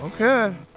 Okay